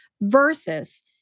versus